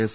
S